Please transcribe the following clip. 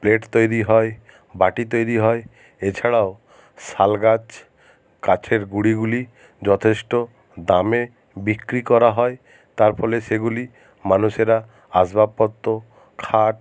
plate তৈরি হয় বাটি তৈরি হয় এছাড়াও শাল গাছ কাঠের গুঁড়িগুলি যথেষ্ট দামে বিক্রি করা হয় তার ফলে সেগুলি মানুষেরা আসবাবপত্র খাট